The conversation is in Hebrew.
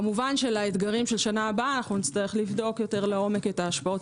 כמובן לאתגרים של שנה הבאה נצטרך לבדוק יותר לעומק את השפעות